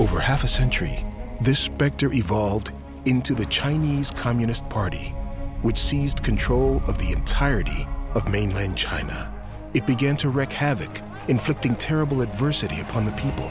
over half a century this specter evolved into the chinese communist party which seized control of the entirety of mainland china it began to wreck avick inflicting terrible adversity upon the people